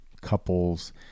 couples